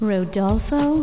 Rodolfo